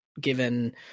given